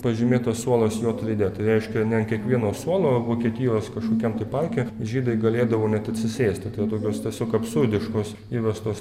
pažymėtas suolas j raide tai reiškia ne ant kiekvieno suolo vokietijos kažkokiam tai parke žydai galėdavo net atsisėsti tai vat tokios tiesiog absurdiškos įvestos